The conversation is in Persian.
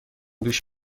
دوش